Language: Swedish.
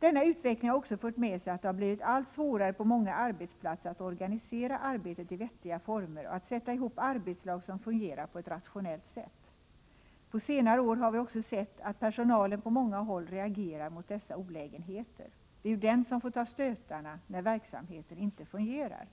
Denna utveckling har också fört med sig att det på många arbetsplatser har blivit allt svårare att organisera arbetet i vettiga former och att sätta ihop arbetslag som fungerar på ett rationellt sätt. På senare år har vi också sett att personalen på många håll reagerar mot dessa olägenheter. Det är ju den som får ta stötarna, när verksamheten inte fungerar.